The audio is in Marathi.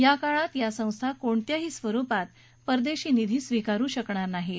या काळात या संस्था कोणत्याही स्वरुपात परदेशी निधी स्विकारु शकणार नाहीत